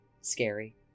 scary